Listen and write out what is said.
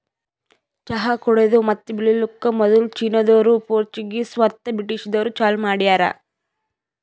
ಚಹಾ ಕುಡೆದು ಮತ್ತ ಬೆಳಿಲುಕ್ ಮದುಲ್ ಚೀನಾದೋರು, ಪೋರ್ಚುಗೀಸ್ ಮತ್ತ ಬ್ರಿಟಿಷದೂರು ಚಾಲೂ ಮಾಡ್ಯಾರ್